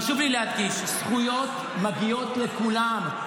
חשוב לי להדגיש, זכויות מגיעות לכולם.